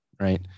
right